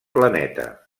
planeta